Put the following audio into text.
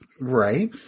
Right